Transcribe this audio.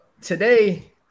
today